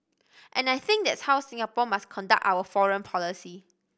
and I think that's how Singapore must conduct our foreign policy